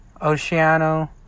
Oceano